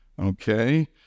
Okay